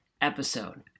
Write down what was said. episode